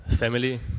family